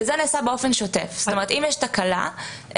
אם יש תקלה,